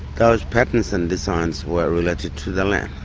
those patterns and designs were related to the land.